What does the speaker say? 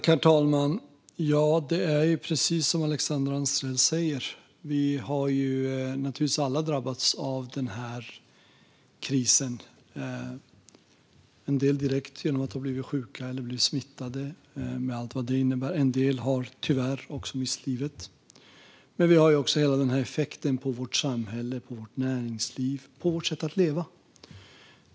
Herr talman! Det är precis som Alexandra Anstrell säger; vi har alla drabbats av den här krisen. En del har drabbats direkt genom att de har blivit sjuka eller smittade, med allt vad det innebär. En del har tyvärr också mist livet. Men vi har också effekten på vårt samhälle, på vårt näringsliv och på vårt sätt att leva.